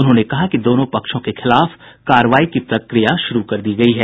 उन्होंने कहा कि दोनों पक्षों के खिलाफ कार्रवाई की प्रक्रिया शुरू कर दी गयी हैं